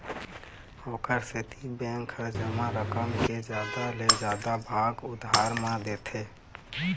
ओखर सेती बेंक ह जमा रकम के जादा ले जादा भाग उधार म देथे